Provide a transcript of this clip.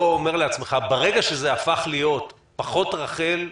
האם אתה לא אומר לעצמך שברגע שזה הפך להיות פחות רח"ל,